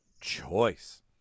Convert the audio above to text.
choice